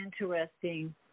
interesting